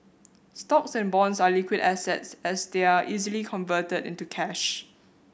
stocks and bonds are liquid assets as they are easily converted into cash